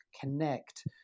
connect